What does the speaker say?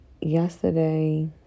yesterday